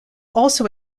also